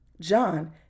John